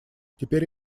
теперь